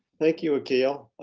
thank you, akil,